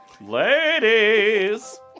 Ladies